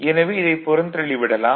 எனவே இதைப் புறந்தள்ளிவிடலாம்